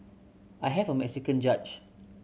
I have a Mexican judge